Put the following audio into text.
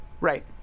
Right